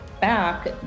back